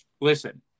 listen